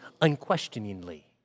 unquestioningly